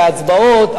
וההצבעות,